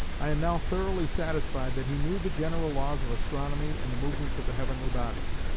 i am now thoroughly satisfied that he knew the general laws of astronomy and the movements of the heavenly bodies.